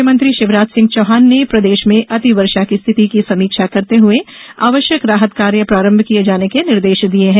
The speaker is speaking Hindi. मुख्यमंत्री शिवराज सिंह चौहान ने प्रदेश में अतिवर्षा की स्थिति की समीक्षा करते हुए आवश्यक राहत कार्य प्रारंभ किये जाने के निर्देश दिये हैं